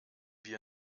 wir